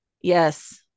Yes